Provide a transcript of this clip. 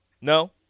No